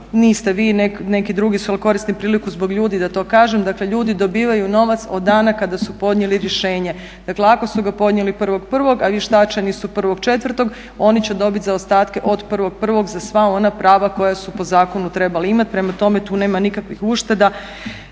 niste vi, neki drugi su, ali koristim priliku zbog ljudi da to kažem. Dakle ljudi dobivaju novac od dana kada su podnijeli rješenje. Dakle ako su ga podnijeli 1.1.a vještačeni su 1.4.oni će dobiti zaostatke od 1.1.za sva ona prava koja su po zakonu trebali imati. Prema tome, tu nema nikakvih ušteda